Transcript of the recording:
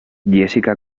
jessica